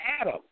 Adam